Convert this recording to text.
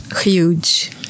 huge